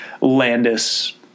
Landis